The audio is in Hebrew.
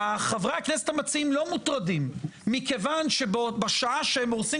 חברי הכנסת המציעים לא מוטרדים מכיוון שבשעה שהם הורסים